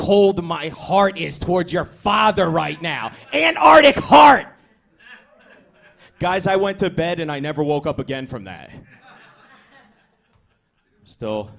cold the my heart is towards your father right now an article heart guys i went to bed and i never woke up again from that s